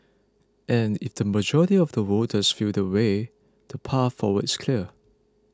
and if the majority of the voters feel that way the path forward is clear